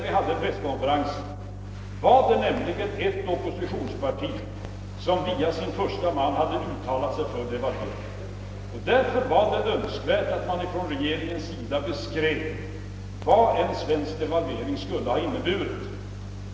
Vid presskonferensen hade nämligen ett oppositionsparti via sin förste man uttalat sig för devalvering. Därför var det nödvändigt att man från regeringens sida beskrev vad en svensk devalvering skulle ha inneburit.